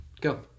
Go